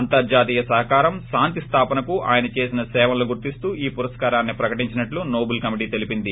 అంతర్జాతీయ సహకారం శాంతి స్లాపనకు ఆయన చేసిన సేవలను గుర్తిస్తూ ఈ పురస్కారాన్ని ప్రకటించినట్లు నోబుల్ కమిటీ తెలిపింది